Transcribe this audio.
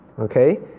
Okay